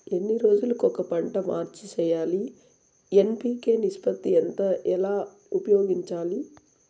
ఎన్ని రోజులు కొక పంట మార్చి సేయాలి ఎన్.పి.కె నిష్పత్తి ఎంత ఎలా ఉపయోగించాలి?